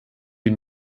die